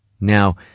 Now